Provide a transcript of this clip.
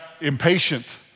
impatient